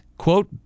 quote